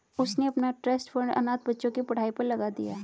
उसने अपना trust fund अनाथ बच्चों की पढ़ाई पर लगा दिया